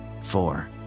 four